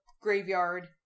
graveyard